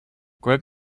greg